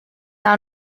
are